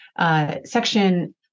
section